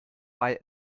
bei